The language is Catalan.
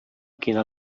quina